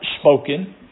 spoken